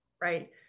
right